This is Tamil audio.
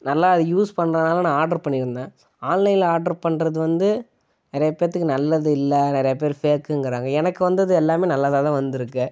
நல்லா யூஸ் பண்ணுறதுனால நான் அதை ஆர்டர் பண்ணியிருந்தேன் ஆன்லைனில் ஆர்டர் பண்ணுறது வந்து நிறைய பேருத்துக்கு நல்லது இல்லை நிறைய பேர் ஃபேக்குங்கிறாங்க எனக்கு வந்தது எல்லாமே நல்லதாக தான் வந்திருக்கு